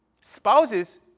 Spouses